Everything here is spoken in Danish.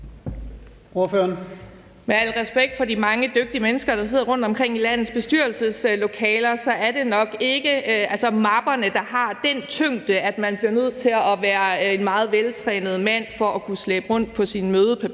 Med al respekt for de mange dygtige mennesker, der sidder rundtomkring i landets bestyrelseslokaler, er det nok ikke mappernes tyngde, der gør, at man bliver nødt til at være en meget veltrænet mand for at kunne slæbe rundt på sine mødepapirer.